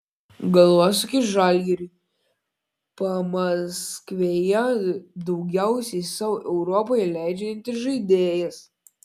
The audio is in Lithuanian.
galvosūkis žalgiriui pamaskvėje daugiausiai sau europoje leidžiantis žaidėjas